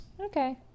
Okay